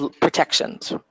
Protections